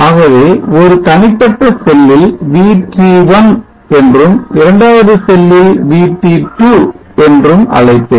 ஆகவே ஒரு தனிப்பட்ட செல்லில் VT1 என்றும் இரண்டாம் செல்லில் VT2 என்றும் அழைப்பேன்